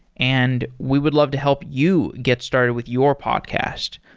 and we would love to help you get started with your podcast.